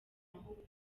mahugurwa